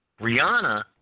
Rihanna